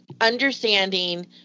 understanding